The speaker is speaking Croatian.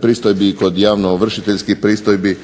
pristojbi i kod javnoovršiteljskih pristojbi